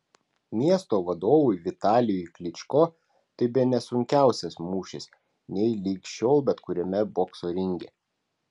miesto vadovui vitalijui klyčko tai bene sunkiausias mūšis nei lig šiol bet kuriame bokso ringe